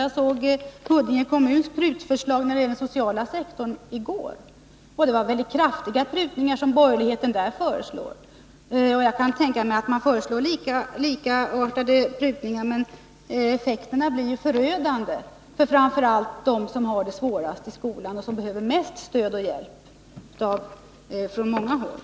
Jag såg i går Huddinge kommuns prutningsförslag när det gäller den sociala sektorn. Det var mycket kraftiga prutningar som borgerligheten där föreslog. Jag kan tänka mig att man kan föreslå liknande prutningar även på skolans område, men effekterna blir då förödande, framför allt för dem som har det svårast i skolan och som mest behöver stöd och hjälp från många håll.